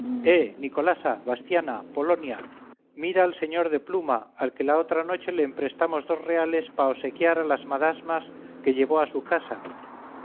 pluma eh nicolasa bastiana polonia mira al sr de pluma al que la otra noche le emprestamos dos reales pa osequiar a las madasmas que llevó a tu casa